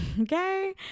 Okay